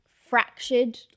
fractured